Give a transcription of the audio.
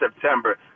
September